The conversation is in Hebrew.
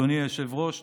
אדוני היושב-ראש,